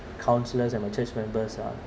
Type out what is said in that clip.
counsellors and my church members ah